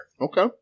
Okay